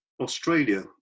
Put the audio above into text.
Australia